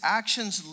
actions